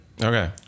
Okay